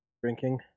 drinking